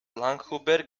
langhuber